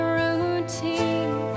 routine